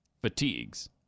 fatigues